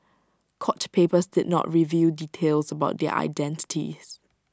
court papers did not reveal details about their identities